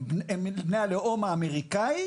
הם בני הלאום האמריקני,